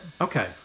Okay